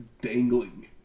dangling